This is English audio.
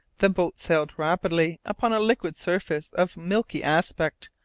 the boat sailed rapidly upon a liquid surface of milky aspect,